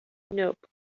nope